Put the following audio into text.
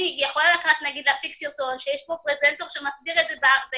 אני יכולה רק נגיד להפיק סרטון שיש בו פרזנטור שמסביר את זה בערבית,